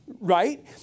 Right